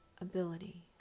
ability